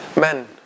Men